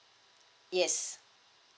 yes